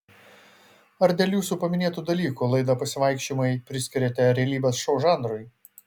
ar dėl jūsų paminėtų dalykų laidą pasivaikščiojimai priskiriate realybės šou žanrui